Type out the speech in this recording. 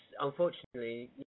unfortunately